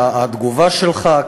התגובה שלך,